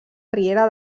riera